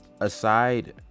aside